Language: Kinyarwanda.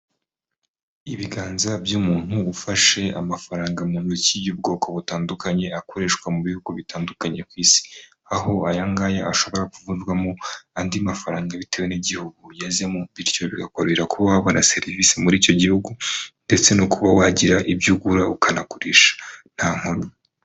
Ibiganza by'umuntu ufashe amafaranga mu ntoki y'ubwoko butandukanye, akoreshwa mu bihugu bitandukanye ku isi, aho aya ngaya ashobora kuvunjwamo andi mafaranga bitewe n'igihugu ugezemo, bityo bikakorohera kuba wabona serivisi muri icyo gihugu ndetse no kuba wagira ibyo ugura ukanagurisha nta nkomyi.